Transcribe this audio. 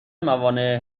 موانع